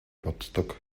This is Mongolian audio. боддог